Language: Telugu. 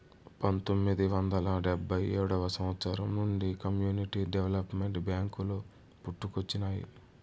పంతొమ్మిది వందల డెబ్భై ఏడవ సంవచ్చరం నుండి కమ్యూనిటీ డెవలప్మెంట్ బ్యేంకులు పుట్టుకొచ్చినాయి